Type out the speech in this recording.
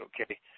okay